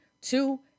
Two